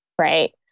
right